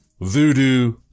voodoo